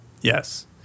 Yes